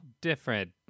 different